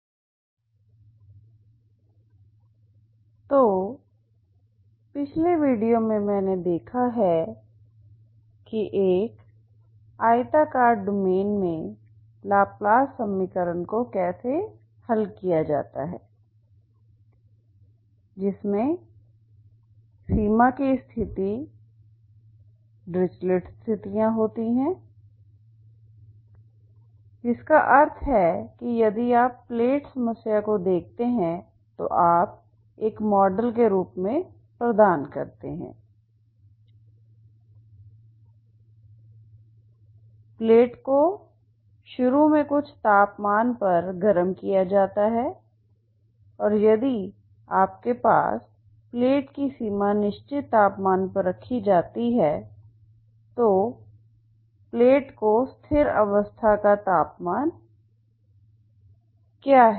flux सीमा स्थितियों के साथ एक आयत पर लाप्लास समीकरण तो पिछले वीडियो में मैंने देखा है कि एक आयताकार डोमेन में लाप्लास समीकरण को कैसे हल किया जाता है जिसमें सीमा की स्थिति डाइरिचलेट स्थितियां होती हैं जिसका अर्थ है कि यदि आप प्लेट समस्या को देखते हैं तो आप एक मॉडल के रूप में प्रदान करते हैं प्लेट को शुरू में कुछ तापमान पर गर्म किया जाता है और यदि आपके पास प्लेट की सीमा निश्चित तापमान पर रखी जाती है तो प्लेट की स्थिर अवस्था का तापमान क्या है